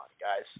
guys